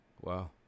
wow